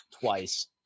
twice